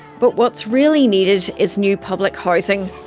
but what's really needed is new public housing.